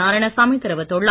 நாராயணசாமி தெரிவித்துள்ளார்